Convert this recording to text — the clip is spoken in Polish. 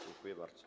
Dziękuję bardzo.